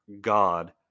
god